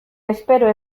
espero